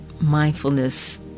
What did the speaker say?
mindfulness